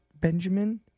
Benjamin